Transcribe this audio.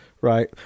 right